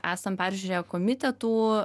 esam peržiūrėję komitetų